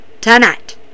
tonight